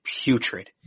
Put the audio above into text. putrid